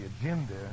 agenda